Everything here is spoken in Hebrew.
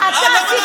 ואין לך,